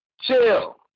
chill